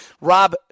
Rob